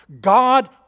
God